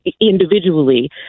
individually